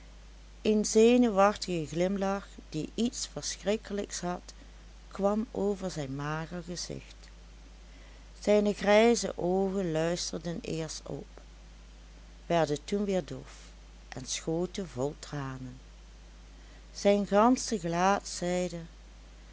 een zenuwachtige glimlach die iets verschrikkelijks had kwam over zijn mager gezicht zijne grijze oogen luisterden eerst op werden toen weer dof en schoten vol tranen zijn gansche gelaat zeide